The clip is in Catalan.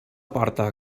porta